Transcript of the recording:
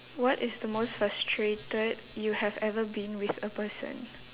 what is the most frustrated you have ever been with a person